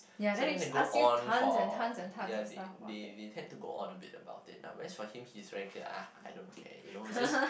so then they go on for ya they they tend to go on a bit about it ah whereas for him he is very clear ah I don't care you know just